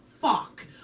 fuck